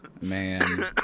Man